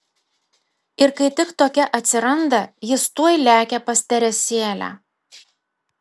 ir kai tik tokia atsiranda jis tuoj lekia pas teresėlę